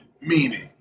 Meaning